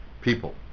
people